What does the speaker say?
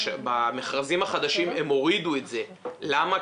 במכרזים החדשים הם הורידו את זה, למה?